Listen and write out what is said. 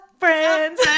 friends